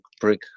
brick